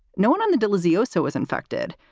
no one on the delezio so was infected.